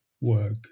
work